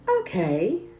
okay